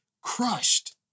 crushed